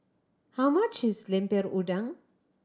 how much is Lemper Udang